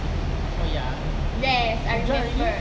oh ya you join already